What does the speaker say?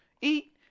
eat